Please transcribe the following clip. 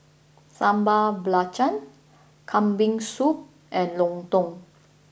Sambal Belacan Kambing Soup and Lontong